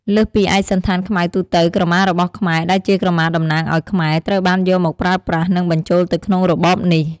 លើសពីឯកសណ្ឋានខ្មៅទូទៅ ក្រមារបស់ខ្មែរ ដែលជាក្រមាតំណាងឲ្យខ្មែរ ត្រូវបានយកមកប្រើប្រាស់ និងបញ្ចូលទៅក្នុងរបបនេះ។